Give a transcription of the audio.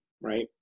right